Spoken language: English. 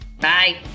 Bye